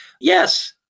Yes